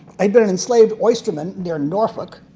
had been an enslaved oysterman near norfolk